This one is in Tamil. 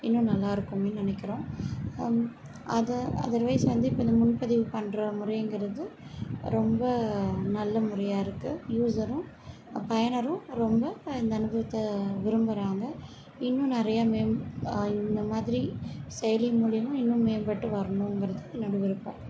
இன்னும் நல்லா இருக்குமேன்னு நினைக்குறோம் அதை அதர்வைஸ் வந்து இப்போ இந்த முன்பதிவு பண்ணுற முறைங்கிறது ரொம்ப நல்ல முறையாக இருக்கு யூஸரும் பயனரும் ரொம்ப இந்த அனுபவத்தை விரும்புறாங்க இன்னும் நிறையா மேம் இந்த மாதிரி செயலி மூலியமாக இன்னும் மேம்பட்டு வரணுங்கறது என்னோட விருப்பம்